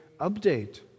update